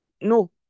No